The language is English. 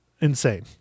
Insane